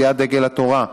סיעת דגל התורה,